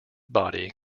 body